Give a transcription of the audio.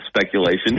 speculation